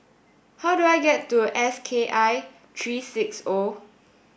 how do I get to S K I three six O